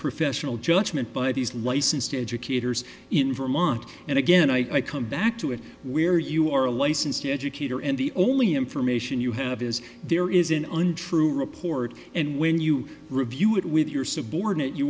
professional judgment by these licensed educators in vermont and again i come back to it where you are a licensed educator and the only information you have is there is an untrue report and when you review it with your subordinate you